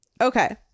okay